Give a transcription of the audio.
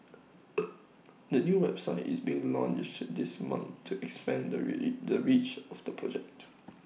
the new website is being launched this month to expand the really the reach of the project